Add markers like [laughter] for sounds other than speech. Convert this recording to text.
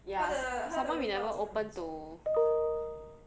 ya some more we never open to [noise]